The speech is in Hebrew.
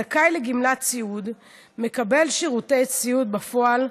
הזכאי לגמלת סיעוד מקבל שירותי סיעוד בפועל,